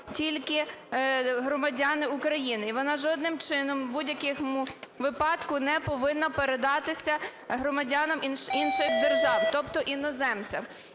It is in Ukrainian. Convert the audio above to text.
тільки громадяни України. І вона жодним чином в будь-якому випадку не повинна передатися громадянам інших держав, тобто іноземцям.